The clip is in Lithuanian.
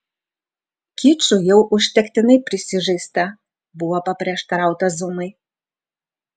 kiču jau užtektinai prisižaista buvo paprieštarauta zumai